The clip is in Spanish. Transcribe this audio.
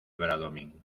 bradomín